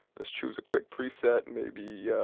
blet's choose a quick preset, maybe. yeah